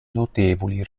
notevoli